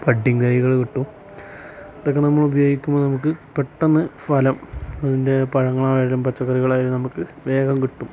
budding തൈകൾ കിട്ടും പിന്നെ നമ്മൾ ഉപയോഗിക്കുകയോ നമുക്ക് പെട്ടെന്ന് ഫലം അതിൻ്റെ പഴങ്ങൾ ആയാലും പച്ചക്കറികൾ ആയാലും നമുക്ക് വേഗം കിട്ടും